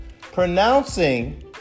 pronouncing